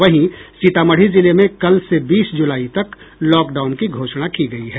वहीं सीतामढ़ी जिले में कल से बीस ज़ुलाई तक लॉकडाउन की घोषणा की गयी है